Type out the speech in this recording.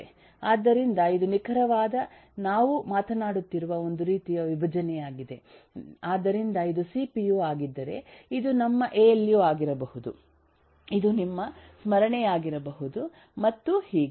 ಆದ್ದರಿಂದ ಇದು ನಿಖರವಾಗಿ ನಾವು ಮಾತನಾಡುತ್ತಿರುವ ಒಂದು ರೀತಿಯ ವಿಭಜನೆಯಾಗಿದೆ ಆದ್ದರಿಂದ ಇದು ಸಿಪಿಯು ಆಗಿದ್ದರೆ ಇದು ನಿಮ್ಮ ಎಎಲ್ಯು ಆಗಿರಬಹುದು ಇದು ನಿಮ್ಮ ಸ್ಮರಣೆಯಾಗಿರಬಹುದು ಮತ್ತು ಹೀಗೆ